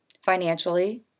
Financially